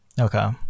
Okay